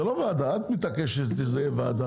זה לא ועדה, את מתעקשת שזה יהיה ועדה.